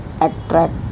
attract